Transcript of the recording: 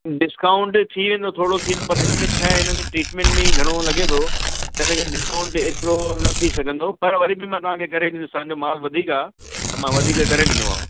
discount थी वेंदो थोरो थींदो पर हिन में छाहे ट्रीटमेंट में ई घणो लॻे थो इन करे डिस्काउंट एतिरो न थी सघंदो पर वरी बि मां तव्हांखे करे ॾींदुसि तव्हांजो मालु वधीक आहे त मां वधीक करे ॾींदोमांव